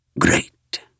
great